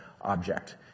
object